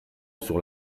sur